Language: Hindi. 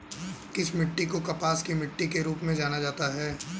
किस मिट्टी को कपास की मिट्टी के रूप में जाना जाता है?